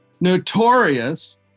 notorious